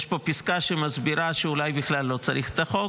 יש פה פסקה שמסבירה שאולי בכלל לא צריך את החוק,